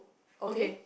okay